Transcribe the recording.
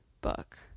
book